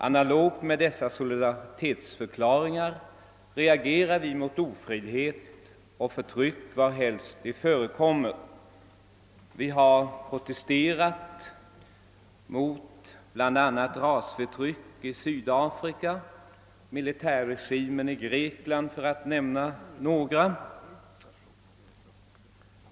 Analogt med dessa solidaritetsförklaringar reagerar vi mot ofrihet och förtryck varhelst det förekommer. Vi har proteste rat mot bl.a. rasförtryck i Sydafrika och militärregimen i Grekland för att nämna några exempel.